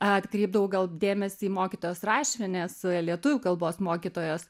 atkreipdavau dėmesį į mokytojos rašvienės lietuvių kalbos mokytojos